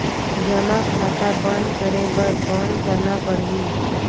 जमा खाता बंद करे बर कौन करना पड़ही?